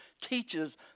teaches